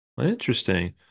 interesting